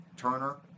Turner